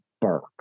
Burke